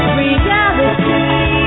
reality